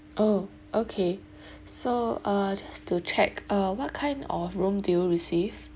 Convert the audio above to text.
oh okay so uh just to check uh what kind of room do you receive